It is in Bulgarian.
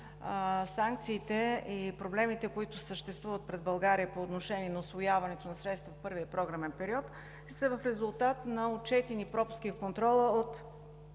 санкциите и проблемите, които съществуват пред България по отношение на усвояването на средства от първия програмен период, са в резултат на отчетени пропуски и контрол от